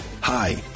Hi